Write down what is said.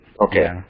Okay